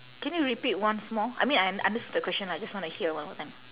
can you repeat once more I mean I understood the question I just wanna hear one more time